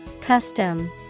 Custom